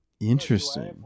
Interesting